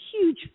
huge